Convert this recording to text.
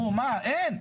אין.